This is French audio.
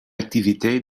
activité